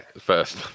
first